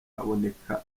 haboneka